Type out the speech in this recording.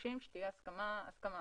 מבקשים שתהיה הסכמה הסכמה.